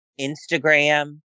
Instagram